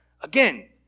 Again